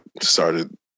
started